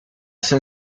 sun